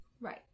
Right